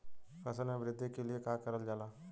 फसल मे वृद्धि के लिए का करल जाला?